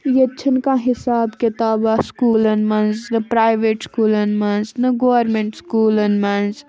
ییٚتہِ چھِنہٕ کانٛہہ حساب کِتابہ سُکوٗلَن منٛز نہٕ پرٛیوٹ سُکوٗلَن منٛز نہٕ گورمٮ۪نٛٹ سُکوٗلَن منٛز